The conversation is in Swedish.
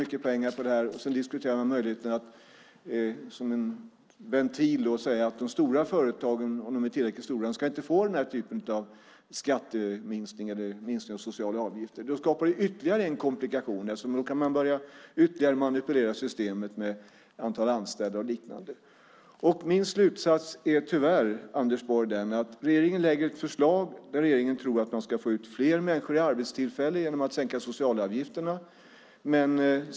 Man har sedan diskuterat möjligheten, som en ventil, att de stora företagen, om de är tillräckligt stora, inte ska få denna typ av minskning av socialavgifter. Det skapar ytterligare en komplikation eftersom man då kan börja manipulera systemet ytterligare med antal anställda och liknande. Min slutsats är tyvärr, Anders Borg, att regeringen lägger fram ett förslag där regeringen tror att man ska få ut fler människor i arbete genom att sänka socialavgifterna.